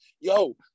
Yo